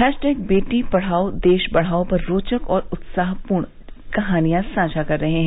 hashtag बेटी पढ़ाओ देश बढ़ाओ पर रोचक और उत्साहपूर्ण कहानियां साझा कर रहे हैं